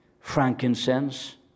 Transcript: frankincense